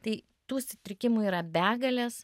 tai tų sutrikimų yra begalės